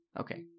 Okay